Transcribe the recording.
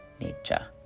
nature